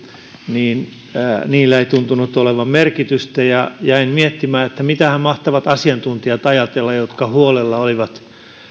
ei tuntunut olevan merkitystä ja jäin miettimään että mitähän mahtavat asiantuntijat ajatella jotka huolella olivat